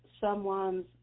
someone's